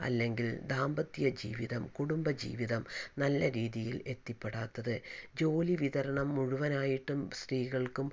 ദാമ്പത്യജീവിതം കുടുംബജീവിതം നല്ല രീതിയിൽ എത്തിപ്പെടാത്തത് ജോലി വിതരണം മുഴുവനായിട്ടും സ്ത്രീകൾക്കും